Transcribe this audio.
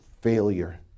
failure